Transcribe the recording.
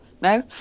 no